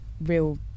real